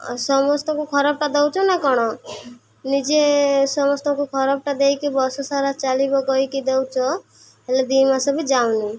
ଆ ସମସ୍ତଙ୍କୁ ଖରାପଟା ଦଉଛ ନା କ'ଣ ନିଜେ ସମସ୍ତଙ୍କୁ ଖରାପଟା ଦେଇକି ବର୍ଷ ସାରା ଚାଲିବ କହିକି ଦଉଛ ହେଲେ ଦୁଇ ମାସ ବି ଯାଉନି